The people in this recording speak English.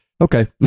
Okay